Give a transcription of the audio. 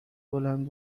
بلند